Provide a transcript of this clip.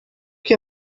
que